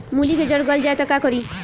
मूली के जर गल जाए त का करी?